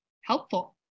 helpful